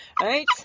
Right